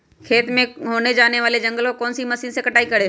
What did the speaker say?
खेत में होने वाले जंगल को कौन से मशीन से कटाई करें?